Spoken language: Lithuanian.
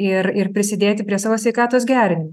ir ir prisidėti prie savo sveikatos gerinimo